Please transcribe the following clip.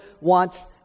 wants